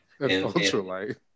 ultralight